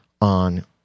on